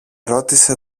ρώτησε